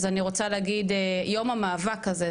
אז אני רוצה להגיד שיום המאבק הזה,